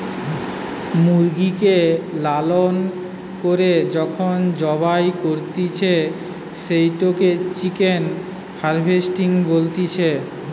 মুরগিকে লালন করে যখন জবাই করতিছে, সেটোকে চিকেন হার্ভেস্টিং বলতিছে